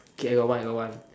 okay I got one I got one